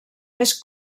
més